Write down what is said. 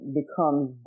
becomes